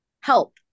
help